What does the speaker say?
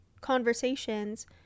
conversations